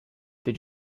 did